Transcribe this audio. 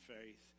faith